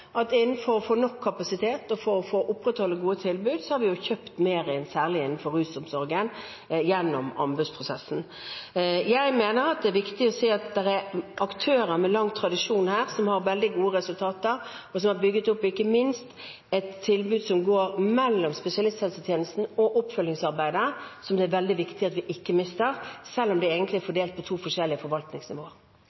at for å få nok kapasitet og for å opprettholde gode tilbud har vi kjøpt mer inn, særlig innenfor rusomsorgen, gjennom anbudsprosessen. Jeg mener at det er viktig å se at her er det aktører med lange tradisjoner, som har veldig gode resultater, og som ikke minst har bygget opp et tilbud som går mellom spesialisthelsetjenesten og oppfølgingsarbeidet, som det er veldig viktig at vi ikke mister, selv om det egentlig er